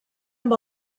amb